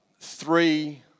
three